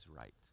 right